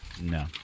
No